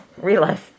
realize